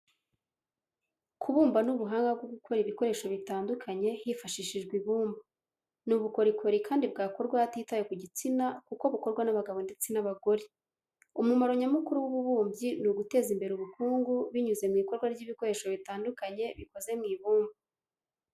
Kubumba ni ubuhanga bwo gukora ibikoresho bitandukanye hifashishijwe ibumba. Ni ubukorikori kandi bwakorwa hatitawe ku gitsina kuko bukorwa n'abagabo ndetse n'abagore. Umumaro nyamukuru w'ububumbyi ni uguteza imbere ubukungu binyuze mu ikorwa ry'ibikoresho bitandukanye bikoze mu ibumba.